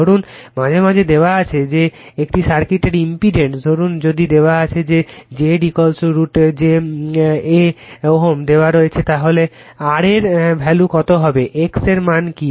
ধরুন মাঝে মাঝে দেওয়া রয়েছে যে একটি সার্কিটের ইম্পিডেন্স ধরুন যদি দেওয়া আছে যে Z √ j a Ω দেওয়া রয়েছে তাহলে r এর ভ্যালু কত হবে x এর মান কী